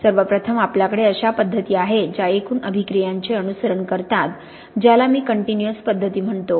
सर्वप्रथम आपल्याकडे अशा पद्धती आहेत ज्या एकूण अभिक्रियांचे अनुसरण करतात ज्याला मी काँटिन्युअस पद्धती म्हणतो